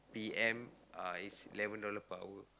P_M uh is eleven dollar per hour